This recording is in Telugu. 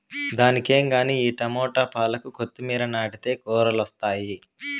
దానికేం గానీ ఈ టమోట, పాలాకు, కొత్తిమీర నాటితే కూరలొస్తాయి